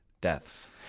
deaths